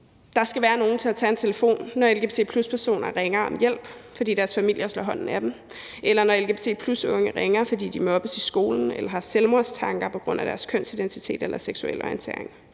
Der skal være nogen til at tage en telefon, når lgbt+-personer ringer om hjælp, fordi deres familier slår hånden af dem, eller når lgbt+-unge ringer, fordi de mobbes i skolen eller har selvmordstanker på grund af deres kønsidentitet eller seksuelle orientering.